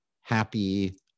happy